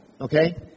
Okay